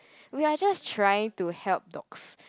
we are just trying to help dogs